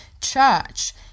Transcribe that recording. Church